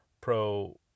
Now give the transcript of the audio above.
Pro